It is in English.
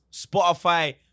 Spotify